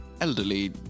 elderly